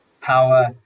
power